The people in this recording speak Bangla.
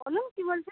বলুন কী বলছেন